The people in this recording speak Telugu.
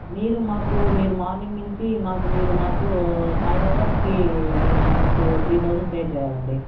మీరు మాకు మీరు మార్నింగ్ నించి మాకు మీరు మాకు ఫైవ్ అవర్స్కి మీరు మాకు టూ త్రీ థౌసండ్ పే చేయాలండీ